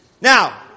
Now